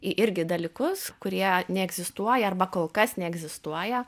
į irgi dalykus kurie neegzistuoja arba kol kas neegzistuoja